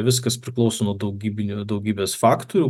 viskas priklauso nuo daugybinių daugybės faktorių